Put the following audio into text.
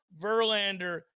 Verlander